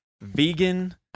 vegan